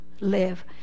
live